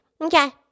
Okay